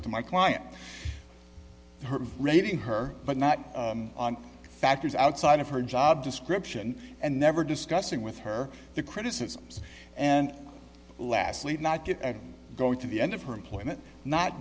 to my client her writing her but not on factors outside of her job description and never discussing with her the criticisms and lastly not good at going to the end of her employment not